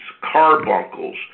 carbuncles